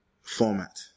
format